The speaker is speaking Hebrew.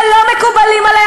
שלא מקובלים עלי,